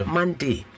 Monday